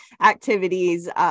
activities